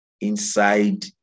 inside